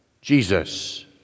Jesus